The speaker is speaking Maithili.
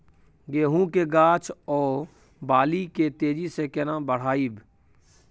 गेहूं के गाछ ओ बाली के तेजी से केना बढ़ाइब?